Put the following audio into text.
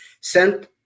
sent